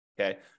Okay